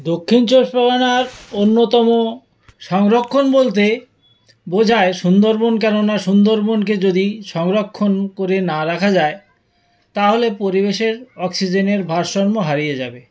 দক্ষিণ চব্বিশ পরগনার অন্যতম সংরক্ষণ বলতে বোঝায় সুন্দরবন কেননা সুন্দরবনকে যদি সংরক্ষণ করে না রাখা যায় তাহলে পরিবেশের অক্সিজেনের ভারসম্য হারিয়ে যাবে